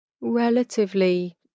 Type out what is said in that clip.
relatively